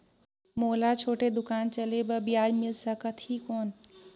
मोला छोटे दुकान चले बर ब्याज मिल सकत ही कौन?